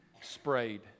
sprayed